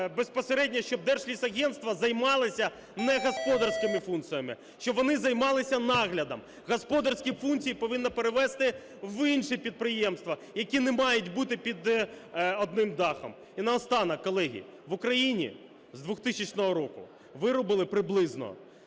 безпосередньо щоб Держлісагентство займалося не господарськими функціями, щоб вони займалися наглядом. Господарські функції повинні перевести в інші підприємства, які не мають бути під одним дахом. І наостанок, колеги, в Україні з 2000 року вирубали приблизно